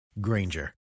Granger